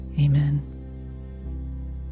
Amen